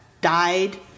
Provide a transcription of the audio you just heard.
died